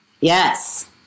yes